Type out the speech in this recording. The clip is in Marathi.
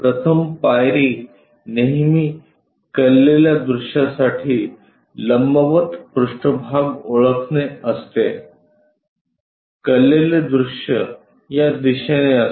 प्रथम पायरी नेहमी कललेल्या दृश्यासाठी लंबवत पृष्ठभाग ओळखणे असते कलते दृश्य या दिशेने असते